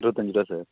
இருபத்தஞ்சி ரூவா சார்